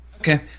Okay